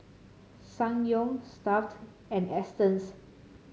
Ssangyong Stuff'd and Astons